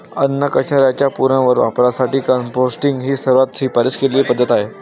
अन्नकचऱ्याच्या पुनर्वापरासाठी कंपोस्टिंग ही सर्वात शिफारस केलेली पद्धत आहे